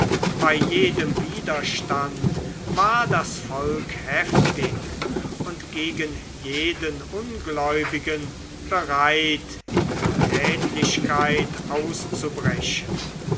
bei jedem widerstand war das volk heftig und gegen jeden ungläubigen bereit in tätlichkeiten auszubrechen